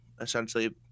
essentially